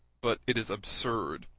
but it is absurd.